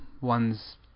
ones